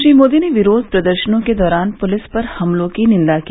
श्री मोदी ने विरोध प्रदर्शनों के दौरान पुलिस पर हमलों की निंदा की